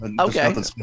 okay